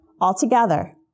altogether